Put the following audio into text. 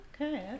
Okay